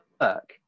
work